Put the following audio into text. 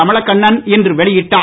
கமலக்கண்ணன் இன்று வெளியிட்டார்